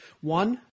One